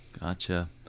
Gotcha